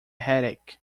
headache